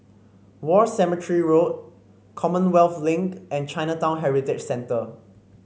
War Cemetery Road Commonwealth Link and Chinatown Heritage Centre